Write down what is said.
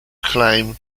claim